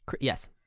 Yes